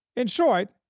in short,